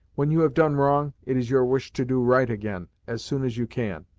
when you have done wrong, it is your wish to do right, again, as soon as you can.